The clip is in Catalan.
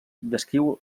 descriu